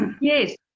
Yes